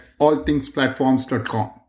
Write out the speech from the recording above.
allthingsplatforms.com